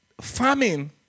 Famine